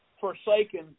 forsaken